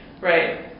right